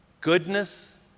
goodness